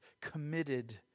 Committed